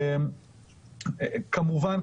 כמובן,